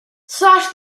slash